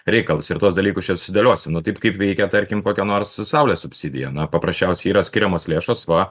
reikalus ir tuos dalykus čia sudėliosim nu taip kaip veikia tarkim kokia nors saulės subsidija na paprasčiausiai yra skiriamos lėšos va